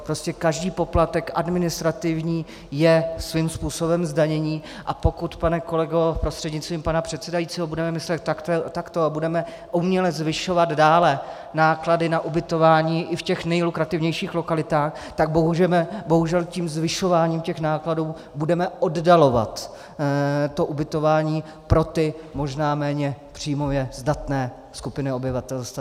Prostě každý poplatek administrativní je svým způsobem zdanění, a pokud, pane kolego prostřednictvím pana předsedajícího, budeme myslet takto a budeme uměle zvyšovat dále náklady na ubytování i v těch nejlukrativnějších lokalitách, tak bohužel tím zvyšováním nákladů budeme oddalovat ubytování pro ty možná méně příjmové zdatné skupiny obyvatelstva.